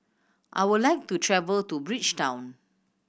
I would like to travel to Bridgetown